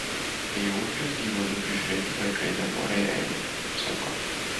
į ūkius gyvulių prižiūrėti vaikai nenoriai eina sunku